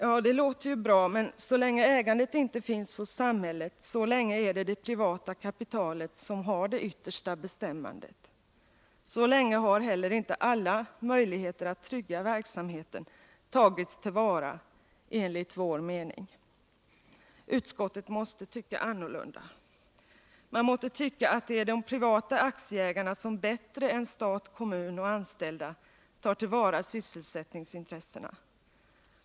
Ja, det låter ju bra, men så länge ägandet inte finns hos samhället, så länge har det privata kapitalet det yttersta bestämmandet. Så länge har enligt vår mening heller inte alla möjligheter att trygga verksamheten tagits till vara. Utskottet måtte tycka annorlunda. Man måtte tycka att det är de privata aktieägarna som bättre än stat, kommuner och anställda tar till vara sysselsättningsintressena.